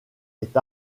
est